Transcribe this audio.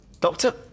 Doctor